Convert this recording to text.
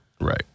Right